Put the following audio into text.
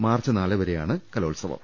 March നാലുവരെയാണ് കലോത്സവം